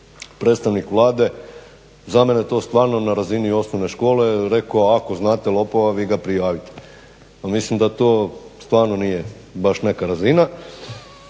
predstavnik Vlade za mene to stvarno na razini osnovne škole rekao, ako znate lopova, vi ga prijavite. Mislim da to stvarno nije baš neka razina.